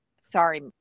sorry